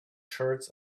shirts